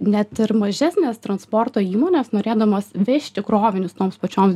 net ir mažesnės transporto įmonės norėdamos vežti krovinius toms pačioms